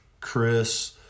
Chris